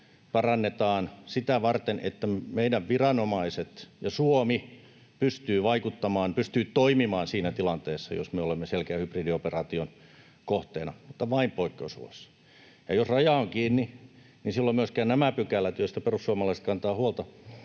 parannetaan sitä varten, että meidän viranomaiset ja Suomi pystyvät vaikuttamaan, pystyvät toimimaan siinä tilanteessa, jos me olemme selkeän hybridioperaation kohteena, mutta vain poikkeusoloissa. Jos raja on kiinni, niin silloin myöskään nämä pykälät, joista perussuomalaiset kantavat huolta